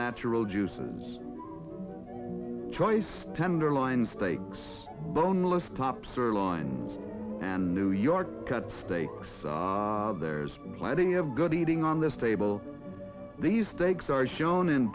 natural juices choice tenderloin steaks boneless tops or line and new york cut steaks there's plenty of good eating on this table these stakes are shown in